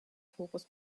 focus